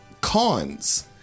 Cons